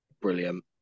brilliant